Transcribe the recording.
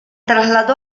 trasladó